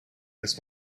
this